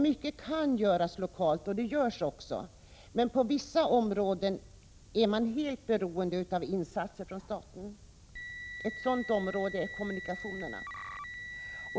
Mycket kan göras lokalt, vilket också sker, men på vissa områden är man helt beroende av insatser från staten. Ett sådant område är kommunikationerna.